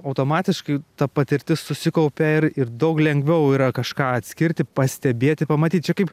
automatiškai ta patirtis susikaupia ir ir daug lengviau yra kažką atskirti pastebėti pamatyt čia kaip